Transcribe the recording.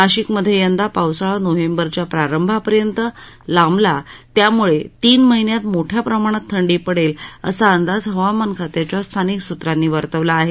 नाशिकमध्ये यंदा पावसाळा नोव्हेंबरच्या प्रारंभापर्यंत लांबला त्यामुळे तीन महिन्यात मोठ्या प्रमाणात थंडी पडेल असा अंदाज हवामान खात्याच्या स्थानिक सूत्रांनी वर्तवला आहे